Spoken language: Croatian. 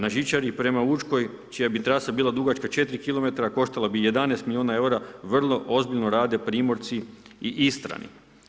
Na žičari prema Učkoj čija bi trasa bila dugačka 4 km koštala bi 11 milijuna eura, vrlo ozbiljno rade Primorci i Istrani.